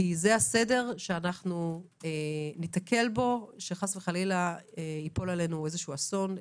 כי זה הסדר שאנחנו ניתקל בו אם חס וחלילה ייפול עלינו איזה אסון,